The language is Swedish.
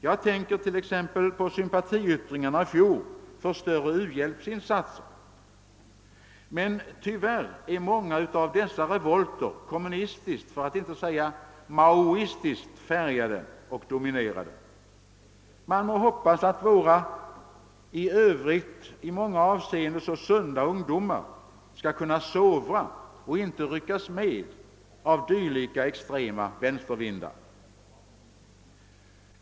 Jag tänker t.ex. på sympatiyttringarna i fjol för större u-hjälpsinsatser, men tyvärr är många av dessa revolter kommunistiskt, för att inte säga maoistiskt, färgade och dominerade. Man må hoppas att våra i Övrigt i många avseenden så sunda ungdomar skall kunna sovra och inte ryckas med av dylika extrema vänstervindar.